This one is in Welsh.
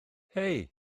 hei